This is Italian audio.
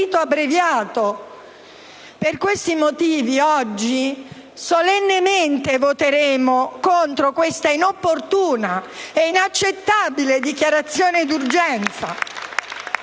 Per questi motivi, oggi, solennemente voteremo contro questa inopportuna e inaccettabile dichiarazione d'urgenza.